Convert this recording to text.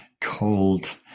cold